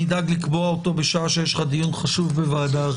אני אדאג לקבוע אותו בשעה שיש לך דיון חשוב בוועדה אחרת.